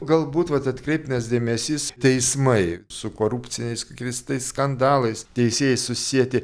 galbūt vat atkreiptinas dėmesys teismai su korupciniais grįstais skandalais teisėjai susieti